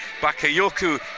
Bakayoko